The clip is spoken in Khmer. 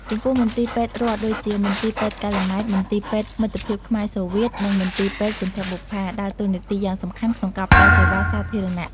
ចំពោះ មន្ទីរពេទ្យរដ្ឋដូចជា មន្ទីរពេទ្យកាល់ម៉ែត មន្ទីរពេទ្យមិត្តភាពខ្មែរ-សូវៀត និងមន្ទីរពេទ្យគន្ធបុប្ផា ដើរតួនាទីយ៉ាងសំខាន់ក្នុងការផ្តល់សេវាសាធារណៈ។